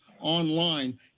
online